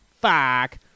fuck